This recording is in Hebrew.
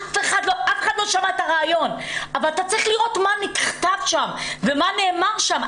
אף אחד לא שמע את הריאיון אבל אתה צריך לראות מה נכתב שם ומה נאמר שם.